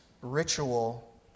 ritual